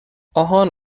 آهان